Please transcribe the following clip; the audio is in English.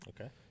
Okay